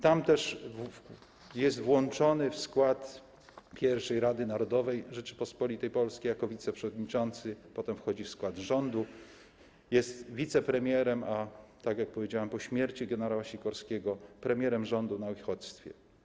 Tam też jest włączony w skład pierwszej Rady Narodowej Rzeczypospolitej Polskiej jako wiceprzewodniczący, potem wchodzi w skład rządu, jest wicepremierem, a tak jak powiedziałem, po śmierci gen. Sikorskiego - premierem rządu na uchodźstwie.